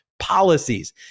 policies